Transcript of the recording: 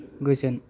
गोजोन